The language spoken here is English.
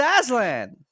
Aslan